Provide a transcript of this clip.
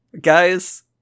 Guys